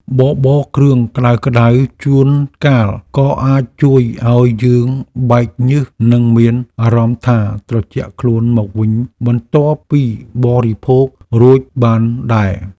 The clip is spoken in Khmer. បបរគ្រឿងក្តៅៗជួនកាលក៏អាចជួយឱ្យយើងបែកញើសនិងមានអារម្មណ៍ថាត្រជាក់ខ្លួនមកវិញបន្ទាប់ពីបរិភោគរួចបានដែរ។